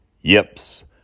Yips